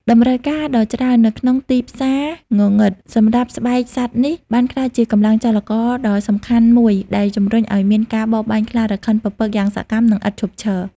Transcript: តម្រូវការដ៏ច្រើននៅក្នុងទីផ្សារងងឹតសម្រាប់ស្បែកសត្វនេះ បានក្លាយជាកម្លាំងចលករដ៏សំខាន់មួយដែលជំរុញឲ្យមានការបរបាញ់ខ្លារខិនពពកយ៉ាងសកម្ម និងឥតឈប់ឈរ។